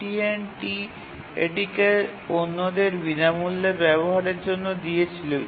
AT T এটিকে অন্যদের বিনামূল্যে ব্যাবহারের জন্য দিয়েছিল